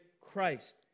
Christ